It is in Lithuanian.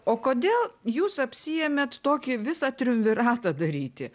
o kodėl jūs apsiėmėt tokį visą triumviratą daryti